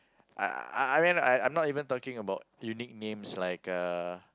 I I I mean I'm not even talking about unique names like uh